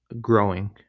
growing